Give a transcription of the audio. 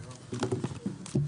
הישיבה